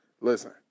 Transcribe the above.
Listen